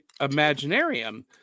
imaginarium